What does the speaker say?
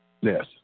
Yes